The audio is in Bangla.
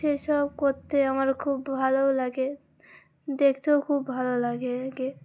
সে সব করতে আমার খুব ভালোও লাগে দেখতেও খুব ভালো লাগে একে